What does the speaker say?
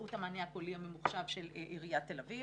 באמצעות המענה הקולי הממוחשב של עיריית תל אביב.